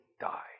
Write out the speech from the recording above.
die